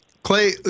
Clay